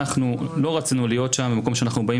אנחנו לא רצינו להיות שם במקום שאנחנו באים